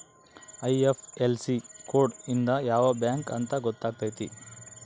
IFSC code ಇಂದ ಯಾವ bank ಅಂತ ಗೊತ್ತಾತತೆ